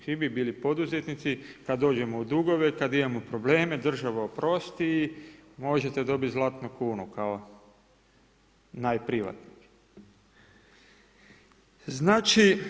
Svi bi bili poduzetnici kada dođemo u dugove, kada imamo probleme država oprosti i možete dobiti Zlatnu kunu kao najprivatnik.